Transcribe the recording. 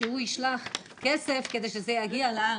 שהוא ישלח כסף כדי שזה יגיע לארץ.